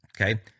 Okay